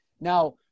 Now